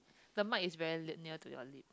the mic is very lip near to your lip